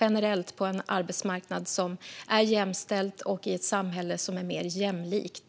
generellt, på en arbetsmarknad som är jämställd och i ett samhälle som är mer jämlikt.